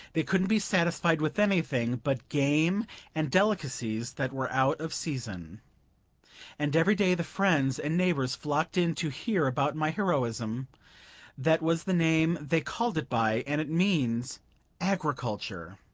they couldn't be satisfied with anything but game and delicacies that were out of season and every day the friends and neighbors flocked in to hear about my heroism that was the name they called it by, and it means agriculture.